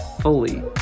fully